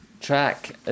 track